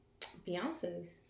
Beyonce's